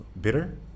Bitter